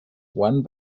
one